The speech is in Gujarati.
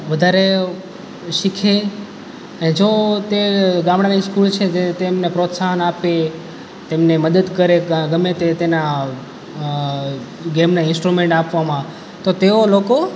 વધારે શીખે એ જો તે ગામડાંની સ્કૂલ છે જે તેમને પ્રોત્સાહન આપે તેમને મદદ કરે ગમે તે તેના ગેમનાં ઇન્સ્ટ્રુમેન્ટ આપવામાં તો તેઓ લોકો